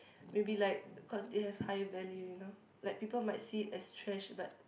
will be like cause they have higher value you know like people might see it as trash but